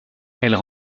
elles